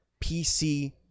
PC